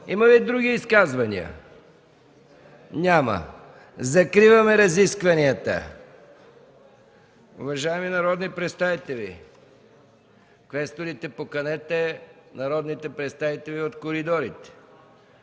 Има ли други изказвания? Няма. Закриваме разискванията. Уважаеми народни представители, ще гласуваме. Моля, квесторите, поканете народните представители от коридорите!